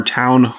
town